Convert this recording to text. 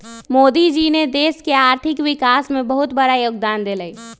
मोदी जी ने देश के आर्थिक विकास में बहुत बड़ा योगदान देलय